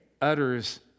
utters